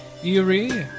eerie